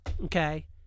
okay